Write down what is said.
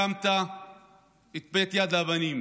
הקמת את בית יד לבנים